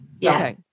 Yes